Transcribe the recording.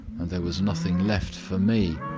and there was nothing left for me.